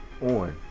On